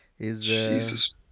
Jesus